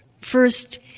First